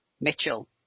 Mitchell